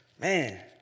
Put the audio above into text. Man